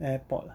AirPod ah